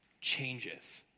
changes